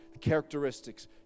characteristics